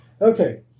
Okay